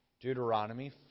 Deuteronomy